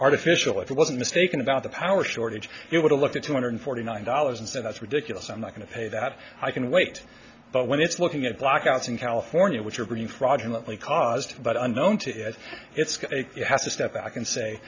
artificial if it wasn't mistaken about the power shortage it would have looked at two hundred forty nine dollars and said that's ridiculous i'm not going to pay that i can wait but when it's looking at blackouts in california which are pretty fraudulently caused but unknown to you has to step back and say